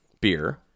beer